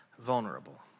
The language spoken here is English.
vulnerable